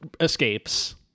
escapes